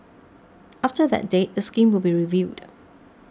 after that date the scheme will be reviewed